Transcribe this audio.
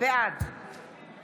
בעד